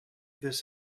this